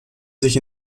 sich